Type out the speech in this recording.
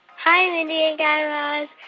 hi, mindy and guy raz.